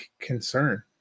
concern